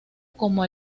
como